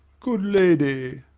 good lady